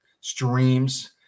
streams